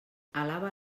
alaba